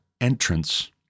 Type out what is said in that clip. entrance